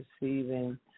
receiving